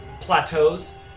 plateaus